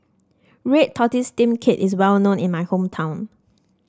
Red Tortoise Steamed Cake is well known in my hometown